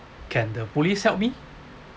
can the police helped me